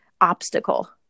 obstacle